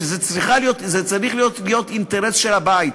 שזה צריך להיות אינטרס של הבית,